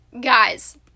guys